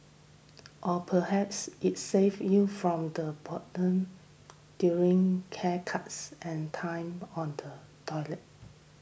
or perhaps it saved you from the proton during haircuts and time on the toilet